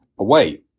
away